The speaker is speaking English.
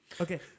Okay